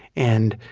and